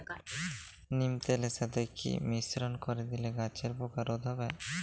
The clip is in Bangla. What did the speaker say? নিম তেলের সাথে কি মিশ্রণ করে দিলে গাছের পোকা রোধ হবে?